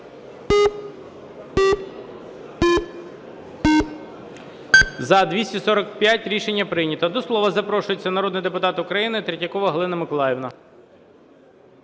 За-245 Рішення прийнято. До слова запрошується народний депутат України Третьякова Галина Миколаївна.